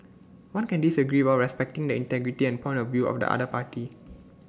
one can disagree while respecting the integrity and point of view of the other party